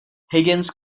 higgins